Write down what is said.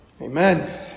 Amen